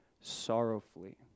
sorrowfully